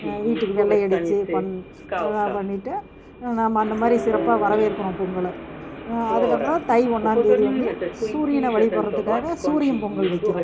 வீட்டுக்கு வெள்ளை அடிச்சு பண் அதெல்லாம் பண்ணிவிட்டு நாம் அந்தமாதிரி சிறப்பாக வரவேற்கிறோம் பொங்கலை அதுக்கப்புறம் தை ஒன்றாந்தேதி வந்து சூரியனை வழிபடுகிறதுக்காக சூரியன் பொங்கல் வைக்கிறோம்